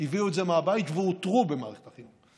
הביאו את זה מהבית ואותרו במערכת החינוך.